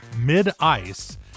mid-ice